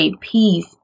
peace